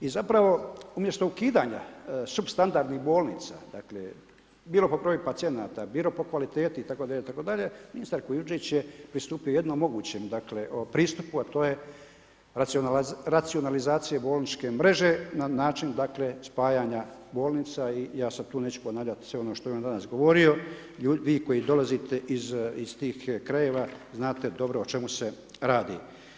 I zapravo umjesto ukidanja supstandardnih bolnica, dakle bilo po briju pacijenata, bilo po kvalitetu itd., itd., ministar Kujundžić je pristupio jednom mogućem pristupu a to je racionalizacija bolničke mreže na način spajanja bolnica i ja se tu ... sve ono što je on danas govorio, vi koji dolazite iz tih krajeva, znate dobro o čemu se radi.